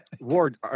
Ward